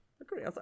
Agree